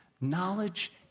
knowledge